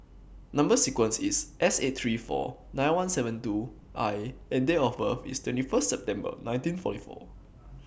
Number sequence IS S eight three four nine one seven two I and Date of birth IS twenty First September nineteen forty four